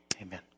Amen